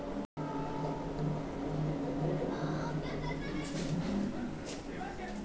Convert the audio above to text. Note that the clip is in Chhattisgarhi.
भेड़िया के गोरस म बहुते जादा वसा होथे